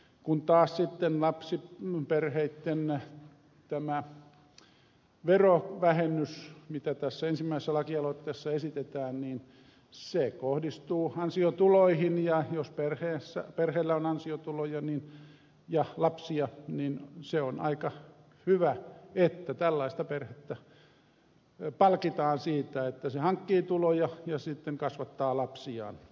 kun taas sitten lapsiperheitten verovähennys mitä tässä ensimmäisessä lakialoitteessa esitetään kohdistuu ansiotuloihin ja jos perheellä on ansiotuloja ja lapsia niin se on aika hyvä että tällaista perhettä palkitaan siitä että se hankkii tuloja ja sitten kasvattaa lapsiaan